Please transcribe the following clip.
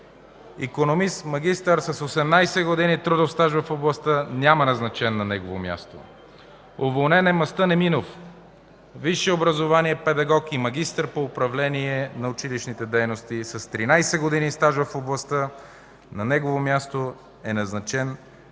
икономист, магистър, с 18 години трудов стаж в областта. Няма назначен на негово място. Уволнен е Мъстън Еминов. Висше образование, педагог и магистър по управление на училищните дейности с 13 години стаж в областта. На негово място е назначен Красимир